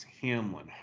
Hamlin